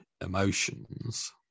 emotions